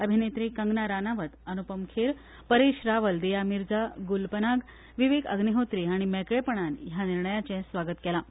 अभिनेत्री कंगना रानावत अनुपम खेर परेश रावल दिया मिर्जा गूल पनाग विविक अग्निहोत्री हांणी मेकळेपणान ह्या निर्णयाचे स्वागत केलें